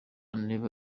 never